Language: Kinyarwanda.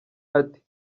ati